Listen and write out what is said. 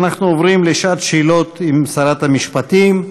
אנחנו עוברים לשעת שאלות עם שרת המשפטים.